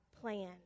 plan